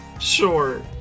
Sure